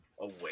away